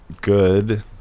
good